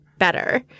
better